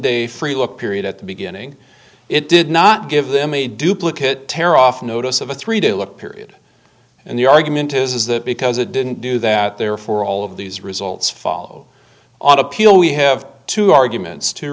day free look period at the beginning it did not give them a duplicate tear off notice of a three day look period and the argument is that because it didn't do that therefore all of these results fall on appeal we have two arguments two